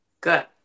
Good